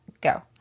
go